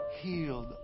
healed